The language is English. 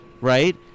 right